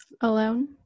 alone